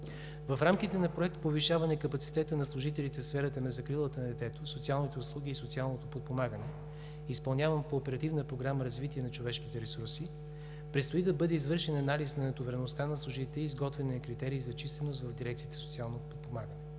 В рамките на Проект „Повишаване капацитета на служителите в сферата на закрилата на детето, социалните услуги и социалното подпомагане“, изпълняван по Оперативна програма „Развитие на човешките ресурси“, предстои да бъде извършен анализ на натовареността на служителите и изготвяне на критерии за численост в дирекциите „Социално подпомагане“.